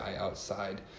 outside